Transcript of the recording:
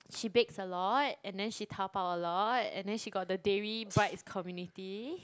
she bakes a lot and then she Taobao a lot and then she got the Dayre brides community